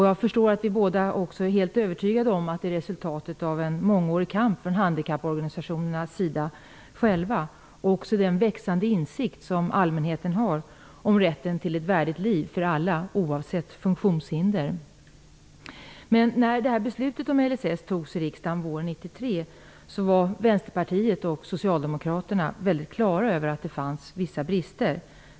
Jag förstår att vi båda också är övertygade om att lagen är ett resultat av handikapporganisationernas egen mångåriga kamp, liksom allmänhetens växande insikt om allas rätt till ett värdigt liv, oavsett funktionshinder. 1993 var Vänsterpartiet och Socialdemokraterna på det klara med att det fanns vissa brister.